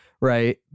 Right